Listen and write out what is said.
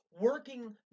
working